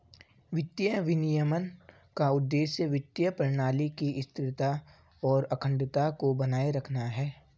वित्तीय विनियमन का उद्देश्य वित्तीय प्रणाली की स्थिरता और अखंडता को बनाए रखना है